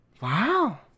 Wow